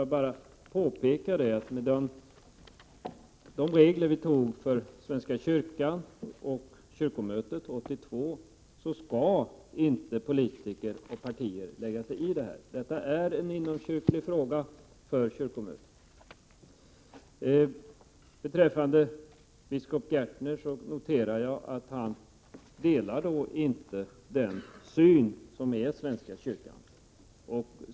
Jag vill då påpeka att enligt de regler som vi antog för svenska kyrkan och kyrkomötet 1982 skall inte politiker och partier lägga sig i detta. Det är inomkyrkliga frågor för kyrkomötet. Vad beträffar biskop Gärtner noterar jag att han inte delar den syn som är svenska kyrkans.